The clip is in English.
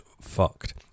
fucked